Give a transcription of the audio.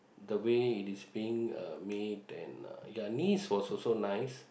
the way it is been uh made and uh ya Nice was also nice